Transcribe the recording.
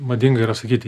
madinga ir sakyti